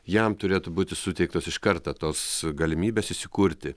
jam turėtų būti suteiktos iš karto tos galimybės įsikurti